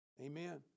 Amen